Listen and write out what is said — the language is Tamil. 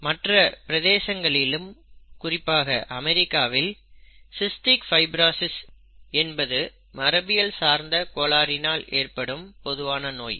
இதேபோல் மற்ற பிரதேசங்களில் குறிப்பாக அமெரிக்காவில் சிஸ்டிக் ஃபைபிரசிஸ் என்பது மரபியல் சார்ந்த கோளாறினால் ஏற்படும் பொதுவான நோய்